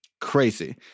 crazy